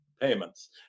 payments